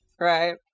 right